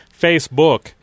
Facebook